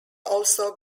also